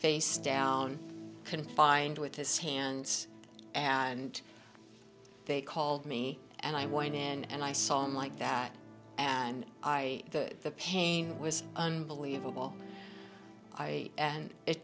face down confined with his hands and they called me and i went in and i saw him like that and i the pain was unbelievable i and it